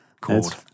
called